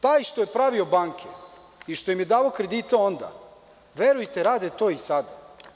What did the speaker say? Taj što je pravio banke i što im je davao kredite onda, verujte rade to i sada.